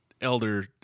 elder